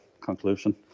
conclusion